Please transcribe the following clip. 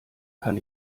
kann